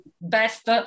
best